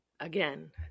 again